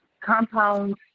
compounds